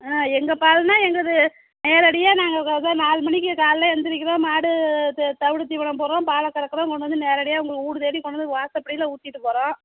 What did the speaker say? ஆ எங்கள் பால்ன்னால் எங்களது நேரடியாக நாங்கள் க க நாலு மணிக்கு காலையில் எழுந்திரிக்கிறோம் மாடு தெ தவிடு தீவனம் போடுறோம் பாலை கறக்கிறோம் கொண்டு வந்து நேரடியாக உங்கள் வீடு தேடி கொண்டு வந்து வாசப்படியில் ஊற்றிட்டு போகிறோம்